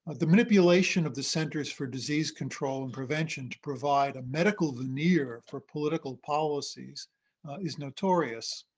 but the manipulation of the centers for disease control and prevention to provide a medical veneer for political policies is notorious.